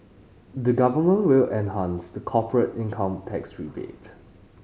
the Government will enhance the corporate income tax rebate